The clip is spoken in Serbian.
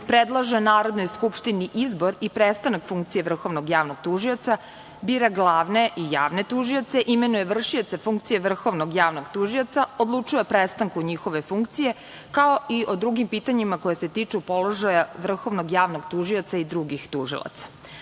predlaže Narodnoj Skupštini izbor i prestanak funkcije javnog tužioca, bira glavne i javne tužioce, imenuje vršioce funkcije javnog tužioca, odlučuje o prestanku njihove funkcije, kao i o drugim pitanjima koja se tiču položaja vrhovnog javnog tužioca i drugih tužilaca. Ovo